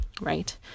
Right